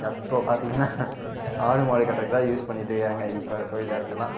எப்போ பார்த்திங்கன்னா ஆடு மாடு கட்டுறதுக்கு தான் யூஸ் பண்ணிக்கிட்டு இருக்கின்றாங்க இப்போ கோவில் இடத்தெல்லாம்